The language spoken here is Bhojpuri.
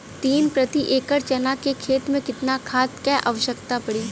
तीन प्रति एकड़ चना के खेत मे कितना खाद क आवश्यकता पड़ी?